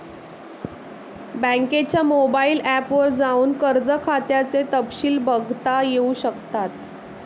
बँकेच्या mobile app वर जाऊन कर्ज खात्याचे तपशिल बघता येऊ शकतात